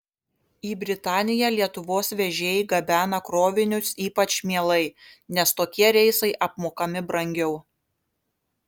į britaniją lietuvos vežėjai gabena krovinius ypač mielai nes tokie reisai apmokami brangiau